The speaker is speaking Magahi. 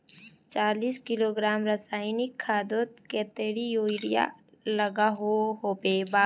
चालीस किलोग्राम रासायनिक खादोत कतेरी यूरिया लागोहो होबे?